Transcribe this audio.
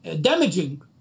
damaging